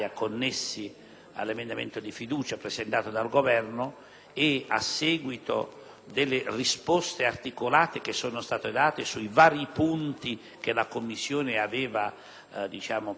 alla questione di fiducia posta dal Governo. A seguito delle risposte articolate che sono state date sui vari punti che la Commissione aveva preso